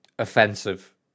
Offensive